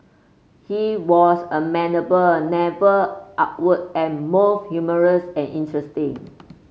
he was amenable never awkward and both humorous and interesting